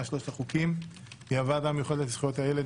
שלושת החוקים היא הוועדה המיוחדת לזכויות הילד.